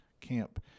camp